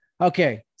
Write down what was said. okay